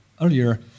earlier